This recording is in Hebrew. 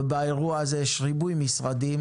ובאירוע הזה יש ריבוי משרדים